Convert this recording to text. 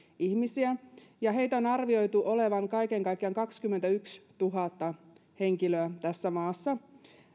ihmisiä heitä on arvioitu olevan kaiken kaikkiaan kaksikymmentätuhatta henkilöä tässä maassa